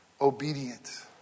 obedient